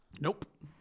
Nope